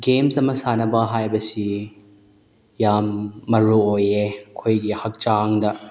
games ꯑꯃ ꯁꯥꯟꯅꯕ ꯍꯥꯏꯕꯁꯤ ꯌꯥꯝ ꯃꯔꯨꯑꯣꯏꯌꯦ ꯑꯩꯈꯣꯏꯒꯤ ꯍꯛꯆꯥꯡꯗ